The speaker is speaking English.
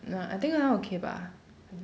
nah I think that one okay bah